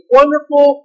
wonderful